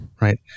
right